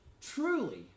truly